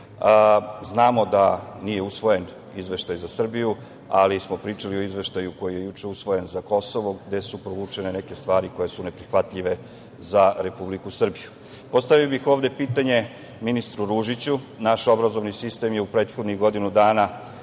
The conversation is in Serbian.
Znamo da nije usvojen izveštaj za Srbiju, ali smo pričali o izveštaju koji je juče usvojen za Kosovo gde su provučene neke stvari koje su neprihvatljive za Republiku Srbiju. Postavio bih ovde pitanje ministru Ružiću. Naš obrazovni sistem je u prethodnih godinu dana